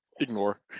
ignore